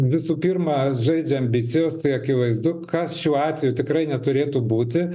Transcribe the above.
visų pirma žaidžia ambicijos tai akivaizdu kas šiuo atveju tikrai neturėtų būti